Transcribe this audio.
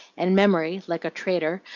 and memory, like a traitor,